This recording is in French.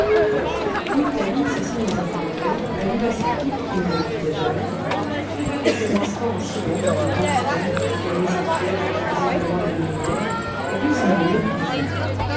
rouletabille s'assit dans un fauteuil alluma sa pipe qui ne le quittait jamais fuma quelques instants en silence le temps sans doute de calmer cette fièvre qui visiblement le dominait et puis il me méprisa